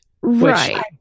Right